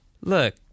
look